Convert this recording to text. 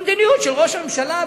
המדיניות של ראש הממשלה?